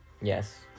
Yes